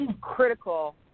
critical